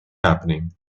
happening